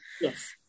Yes